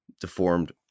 deformed